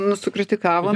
nu sukritikavo